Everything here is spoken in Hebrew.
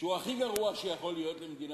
לחזק את הפעילות